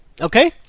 Okay